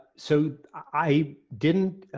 so i didn't